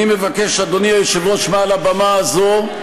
אני מבקש, אדוני היושב-ראש, מעל הבמה הזאת,